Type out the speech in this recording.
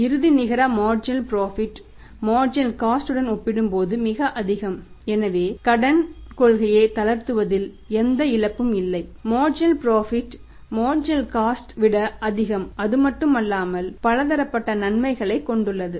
இறுதி நிகர marginal profit விட அதிகம் அதுமட்டுமல்லாமல் இது பலதரப்பட்ட நன்மைகளை கொண்டுள்ளது